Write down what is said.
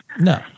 No